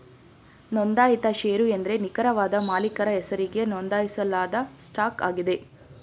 ನೊಂದಾಯಿತ ಶೇರು ಎಂದ್ರೆ ನಿಖರವಾದ ಮಾಲೀಕರ ಹೆಸರಿಗೆ ನೊಂದಾಯಿಸಲಾದ ಸ್ಟಾಕ್ ಆಗಿದೆ